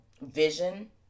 vision